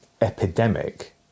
epidemic